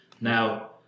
Now